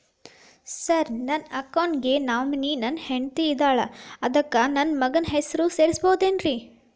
Sir ನನ್ನ account ಗೆ nominee ನನ್ನ ಹೆಂಡ್ತಿ ಇದ್ದಾಳ ಅದಕ್ಕ ನನ್ನ ಮಗನ ಹೆಸರು ಸೇರಸಬಹುದೇನ್ರಿ?